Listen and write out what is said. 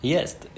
Jest